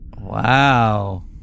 Wow